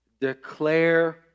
declare